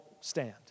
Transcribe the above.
stand